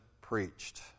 preached